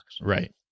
Right